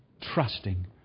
Trusting